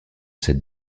cette